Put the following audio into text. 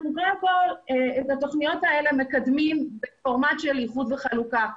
קודם כול אנחנו מקדמים את התוכניות האלה בפורמט של איחוד וחלוקה.